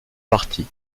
parties